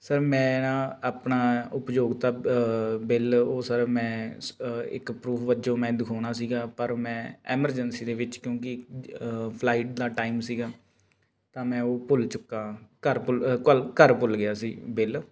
sir ਮੈਂ ਨਾ ਆਪਣਾ ਉਪਭੋਗਤਾ ਬਿੱਲ ਉਹ ਸਰ ਮੈਂ ਇੱਕ ਪਰੂਫ ਵਜੋਂ ਮੈਂ ਦਿਖਾਉਣਾ ਸੀਗਾ ਪਰ ਮੈਂ ਐਮਰਜੈਂਸੀ ਦੇ ਵਿੱਚ ਕਿਉਂਕਿ ਫਲਾਈਟ ਦਾ ਟਾਈਮ ਸੀਗਾ ਤਾਂ ਮੈਂ ਉਹ ਭੁੱਲ ਚੁੱਕਾ ਘਰ ਭੁੱਲ ਘਰ ਘਰ ਭੁੱਲ ਗਿਆ ਸੀ ਬਿੱਲ